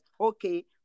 okay